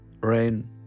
rain